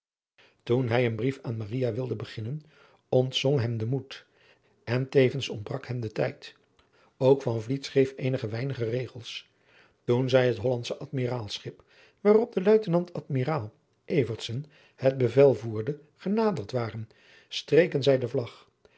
toen hij een brief aan maria wilde beginnen ontzonk hem de moed en tevens ontbrak hem de tijd ook van vliet schreef eenige weinige regels toen zij het hollandsche admiraalschip waarop de luitenant admiraal evertsen het bevel voerde genaderd waadriaan loosjes pzn het leven van maurits lijnslager ren streken zij de vlag